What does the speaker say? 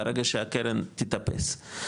ברגע שהקרן תתאפס,